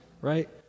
right